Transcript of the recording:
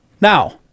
now